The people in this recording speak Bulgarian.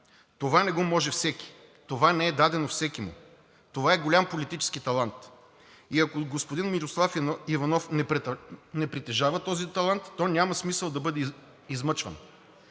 Това не го може всеки. Това не е дадено всекиму. Това е голям политически талант. И ако господин Мирослав Иванов не притежава този талант, то няма смисъл да бъде измъчван.